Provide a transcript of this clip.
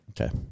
Okay